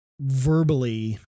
verbally